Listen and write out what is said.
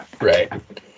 Right